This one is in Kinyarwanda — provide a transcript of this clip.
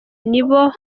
nibo